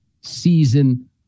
season